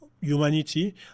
humanity